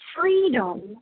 freedom